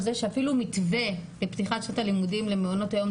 זה שאפילו מתווה לפתיחת שנת הלימודים למעונות היום,